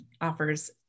offers